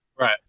Right